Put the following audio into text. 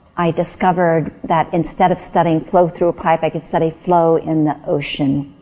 i discovered that instead of studying flow through a pipe, i could study flow in the ocean.